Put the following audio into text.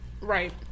right